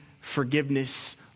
forgiveness